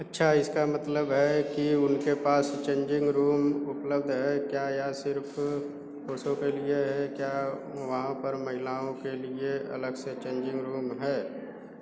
अच्छा इसका मतलब है कि उनके पास चेंजिंग रूम उपलब्ध है क्या यह सिर्फ पुरुषों के लिए है क्या वहाँ पर महिलाओं के लिए अलग से चेंजिंग रूम है